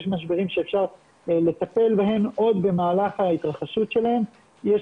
יש משברים שאפשר לטפל בהם עוד במהלך ההתרחשות שלהם ויש